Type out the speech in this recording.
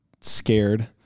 scared